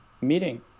meeting